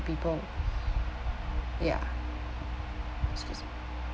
people ya